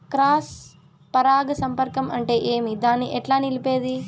Cross పరాగ సంపర్కం అంటే ఏమి? దాన్ని ఎట్లా నిలిపేది?